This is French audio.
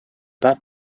pas